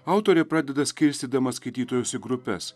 autorė pradeda skirstydama skaitytojus į grupes